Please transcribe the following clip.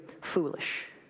foolish